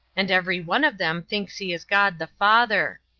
and every one of them thinks he is god the father.